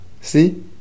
see